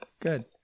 Good